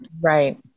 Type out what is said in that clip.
right